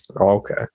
okay